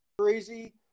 crazy